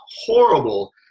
horrible